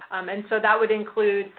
and so, that would include,